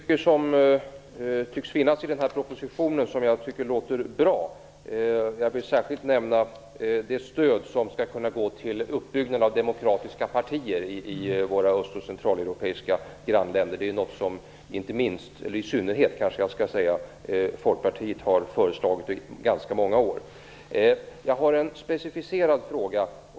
Herr talman! Det är mycket av det som tycks finnas i den här propositionen som jag tycker låter bra. Jag vill särskilt nämna det stöd som skall kunna gå till uppbyggnad av demokratiska partier i våra öst och centraleuropeiska grannländer. Det är något som i synnerhet Folkpartiet har föreslagit i ganska många år. Jag har en specificerad fråga.